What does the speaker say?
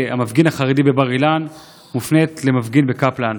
המפגין החרדי בבר-אילן מופנית למפגין בקפלן?